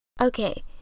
Okay